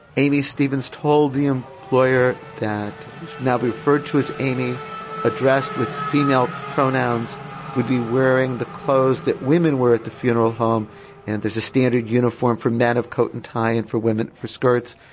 amy stevens told the employer that now referred to as amy addressed with female pronouns would be wearing the clothes that women wear at the funeral home and there's a standard uniform from that coat and tie and for women for skirts.